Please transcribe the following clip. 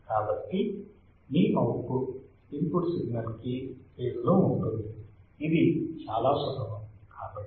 కాబట్టి మీ output input signal కి ఫేజ్ లో ఉంటుంది ఇది చాలా సులభం